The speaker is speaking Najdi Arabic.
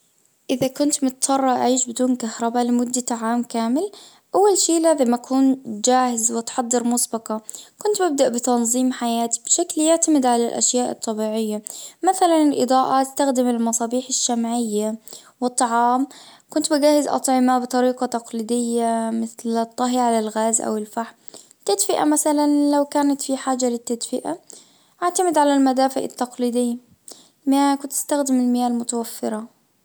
إذا كنت مضطرة أعيش بدون كهربا لمدة عام كامل اول شي لازم أكون جاهز وأتحضر مسبقًا كنت ببدأ بتنظيم حياتي بشكل يعتمد على الاشياء الطبيعية مثلا الاضاءة استخدم المصابيح الشمعية والطعام كنت بجهز اطعمة بطريقة تقليدية مثل الطهي على الغاز او الفحم تدفئة مثلا لو كانت في حاجة للتدقيقة أعتمد على المدافئ التقليدية مياه كنت أستخدم المياه المتوفرة.